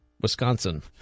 Wisconsin